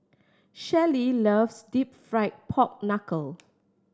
Shelly loves Deep Fried Pork Knuckle